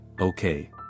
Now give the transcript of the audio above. okay